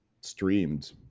streamed